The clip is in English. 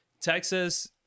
Texas